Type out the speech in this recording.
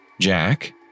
Jack